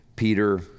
Peter